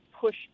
push